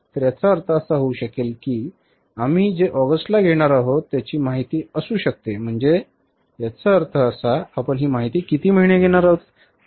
तर याचा अर्थ असा होऊ शकेल की आम्ही जे ऑगस्टला घेणार आहोत त्याची माहिती असू शकते म्हणजे याचा अर्थ असा आहे की आपण ही माहिती किती महिने घेणार आहोत